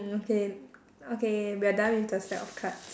okay okay we are done with the stack of cards